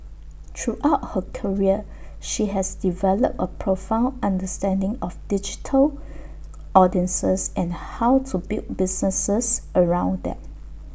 throughout her career she has developed A profound understanding of digital audiences and how to build businesses around them